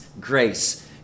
grace